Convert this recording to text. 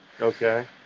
Okay